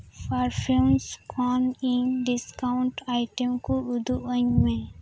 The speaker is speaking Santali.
ᱯᱟᱨᱯᱷᱤᱭᱩᱢᱥ ᱠᱷᱚᱱ ᱤᱧ ᱰᱤᱥᱠᱟᱣᱩᱱᱴ ᱟᱭᱴᱮᱢ ᱠᱩ ᱩᱫᱩᱜ ᱟᱹᱧ ᱢᱮ